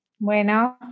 bueno